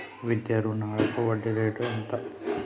విద్యా రుణాలకు వడ్డీ రేటు ఎంత?